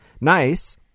Nice